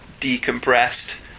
decompressed